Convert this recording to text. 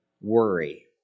worry